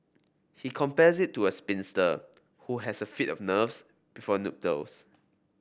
he compares it to a spinster who has a fit of nerves before nuptials